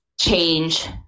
change